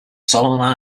solomon